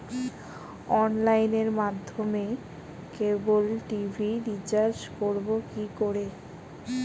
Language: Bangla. অনলাইনের মাধ্যমে ক্যাবল টি.ভি রিচার্জ করব কি করে?